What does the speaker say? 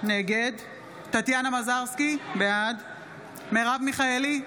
נגד טטיאנה מזרסקי, בעד מרב מיכאלי,